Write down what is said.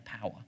power